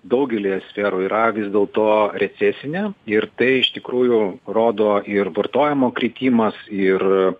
daugelyje sferų yra vis dėlto recesinė ir tai iš tikrųjų rodo ir vartojimo kritimas ir